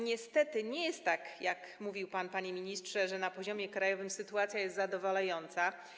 Niestety nie jest tak, jak mówił pan, panie ministrze, że na poziomie krajowym sytuacja jest zadowalająca.